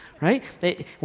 right